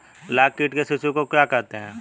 लाख कीट के शिशु को क्या कहते हैं?